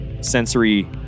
sensory